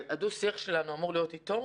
הדו-שיח שלנו אמור להיות איתו?